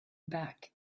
back